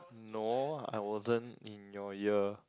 no I wasn't in your year